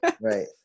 Right